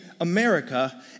America